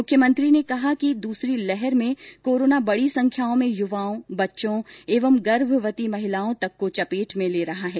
मुख्यमंत्री ने कहा कि दूसरी लहर में कोरोना बड़ी संख्या में युवाओं बच्चों एवं गर्भवती महिलाओं तक को चपेट में ले रहा है